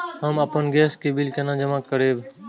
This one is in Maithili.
हम आपन गैस के बिल केना जमा करबे?